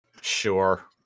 sure